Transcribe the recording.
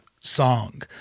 song